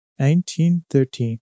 1913